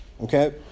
okay